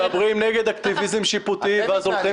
מדברים נגד אקטיביזם שיפוטי ואז הולכים